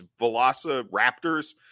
Velociraptors